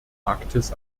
arktis